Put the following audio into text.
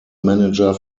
manager